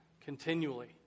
continually